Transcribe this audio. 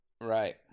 Right